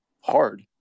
hard